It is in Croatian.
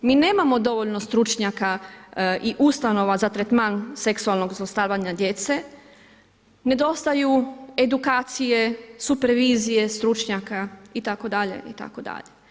Mi nemamo dovoljno stručnjaka i ustanova za tretman seksualnog zlostavljanja djece, nedostaju edukacije, supervizije stručnjaka, itd., itd.